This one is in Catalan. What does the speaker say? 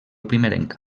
primerenca